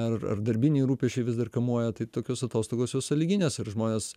ar ar darbiniai rūpesčiai vis dar kamuoja tai tokios atostogos jos sąlyginės ir žmonės